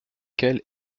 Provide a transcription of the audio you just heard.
quel